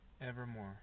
evermore